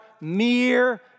mere